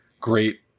great